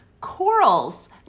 corals